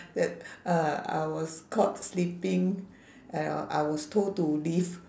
that uh I was caught sleeping I w~ I was told to leave